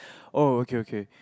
oh okay okay